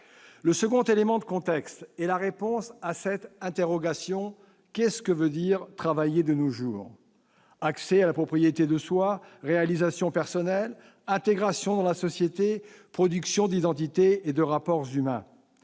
Le deuxième élément de contexte est la réponse à cette interrogation : que veut dire travailler de nos jours ?